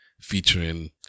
featuring